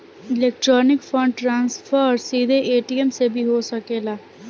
electronic fund transfer सीधे ATM से भी हो सकेला